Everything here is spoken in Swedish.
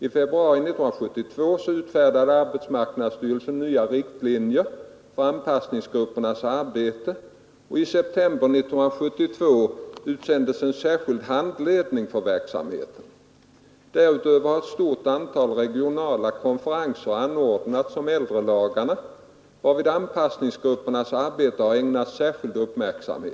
I februari 1972 utfärdade arbetsmarknadsstyrelsen nya riktlinjer för anpassningsgruppernas arbete, och i september 1972 utsändes en särskild handledning för verksamheten. Härutöver har ett stort antal regionala konferenser anordnats om äldrelagarna, varvid anpassningsgruppernas arbete har ägnats särskild uppmärksamhet.